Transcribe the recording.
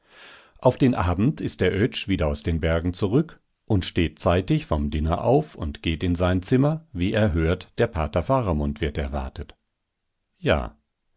auf den abend ist der oetsch wieder aus den bergen zurück und steht zeitig vom diner auf und geht in sein zimmer wie er hört der pater faramund wird erwartet ja